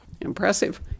Impressive